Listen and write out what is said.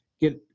get